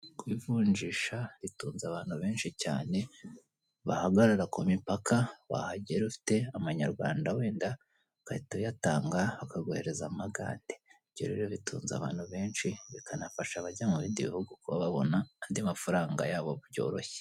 Kwivugisha bitunze abantu benshi cyane, bahagarara ku mipaka wahagera ufite amanyarwanda wenda ugahita uyatanga bakaguhereza amagande. Ibyo rero bitunze abantu benshi bikanafasha abajya mu bindi bihugu kuba babona andi mafaranga yabo byoroshye.